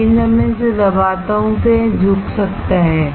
लेकिन जब मैं इसे दबाता हूं तो यह झुक सकता है